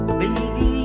baby